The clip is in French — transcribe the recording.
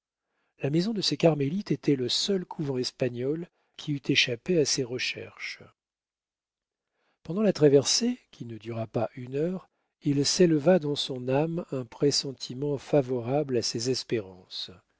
la maison de ces carmélites était le seul couvent espagnol qui eût échappé à ses recherches pendant la traversée qui ne dura pas une heure il s'éleva dans son âme un pressentiment favorable à ses espérances